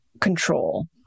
control